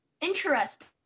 Interesting